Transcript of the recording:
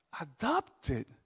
Adopted